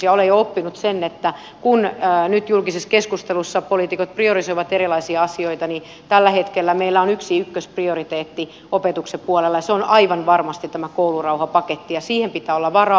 olen jo oppinut sen että kun nyt julkisessa keskustelussa poliitikot priorisoivat erilaisia asioita niin tällä hetkellä meillä on yksi ykkösprioriteetti opetuksen puolella ja se on aivan varmasti tämä koulurauhapaketti ja siihen pitää olla varaa